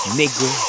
nigga